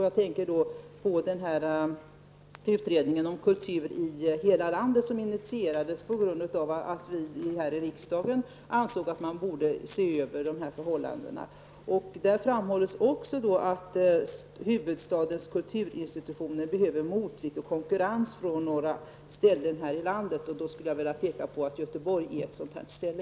Jag tänker då på utredningen om kultur i hela landet, som kom till på grund av att vi här i riksdagen ansåg att man borde se över de här förhållandena. Där framhålls också att huvudstadens kulturinstitutioner behöver motvikt och konkurrens från andra ställen här i landet. Då skulle jag vilja peka på att Göteborg är ett sådant ställe.